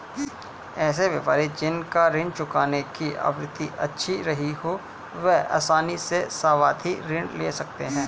ऐसे व्यापारी जिन का ऋण चुकाने की आवृत्ति अच्छी रही हो वह आसानी से सावधि ऋण ले सकते हैं